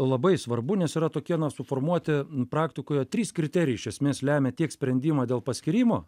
labai svarbu nes yra tokie na suformuoti praktikoje trys kriterijai iš esmės lemia tiek sprendimą dėl paskyrimo